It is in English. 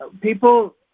people